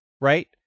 right